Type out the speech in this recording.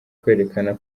kwerekana